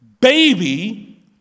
baby